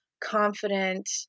confident